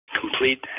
complete